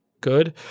Good